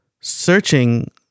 searching